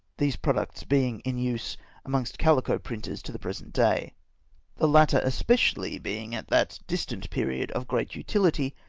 these products being in use amongst cahco-printers to the present day the latter especially being at that distant period of great utihty,